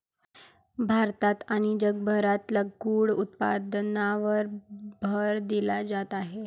भारतात आणि जगभरात लाकूड उत्पादनावर भर दिला जात आहे